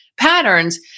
patterns